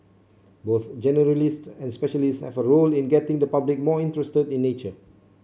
both generalists and specialists have a role in getting the public more interested in nature